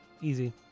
Easy